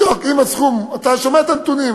אתה שומע את הנתונים,